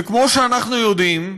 וכמו שאנחנו יודעים,